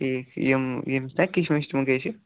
ٹھیٖک یِم یِم چھِنا کِشمِش تِم کیٛاہ چھِ